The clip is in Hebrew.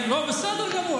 לא, בסדר גמור.